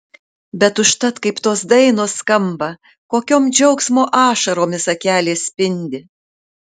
bet užtat kaip tos dainos skamba kokiom džiaugsmo ašaromis akelės spindi